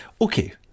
Okay